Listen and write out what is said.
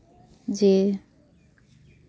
ᱡᱮ